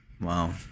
wow